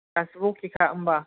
गासिबो अकेखा होमबा